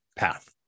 path